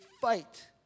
fight